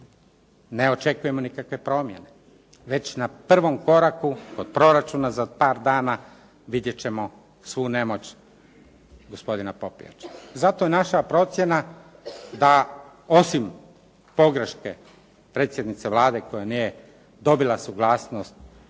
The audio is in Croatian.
Ne očekujemo nikakve promjene. Već na prvom koraku kod proračuna za par dana vidjet ćemo svu nemoć gospodina Popijača. Zato je naša procjena da osim pogreške predsjednice Vlade koja nije dobila suglasnost